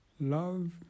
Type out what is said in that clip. Love